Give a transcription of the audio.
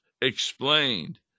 explained